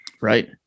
Right